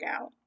out